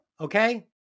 Okay